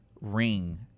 ring